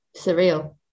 surreal